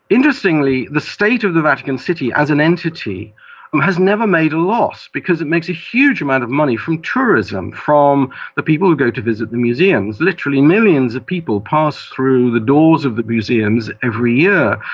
interestingly, the state of the vatican city as an entity has never made a loss, because it makes a huge amount of money from tourism, from the people who go to visit the museums. literally millions of people pass through the doors of the museums every year,